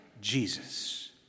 Jesus